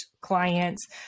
clients